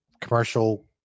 commercial